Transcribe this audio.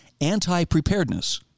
anti-preparedness